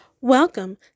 Welcome